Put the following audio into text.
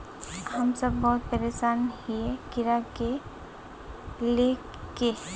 हम सब बहुत परेशान हिये कीड़ा के ले के?